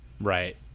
Right